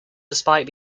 despite